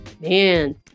man